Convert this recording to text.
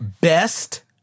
best